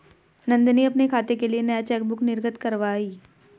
नंदनी अपने खाते के लिए नया चेकबुक निर्गत कारवाई